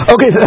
Okay